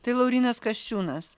tai laurynas kasčiūnas